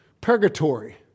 purgatory